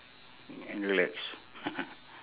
and relax